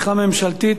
בבקשה.